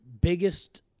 biggest